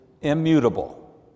immutable